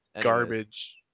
Garbage